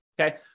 okay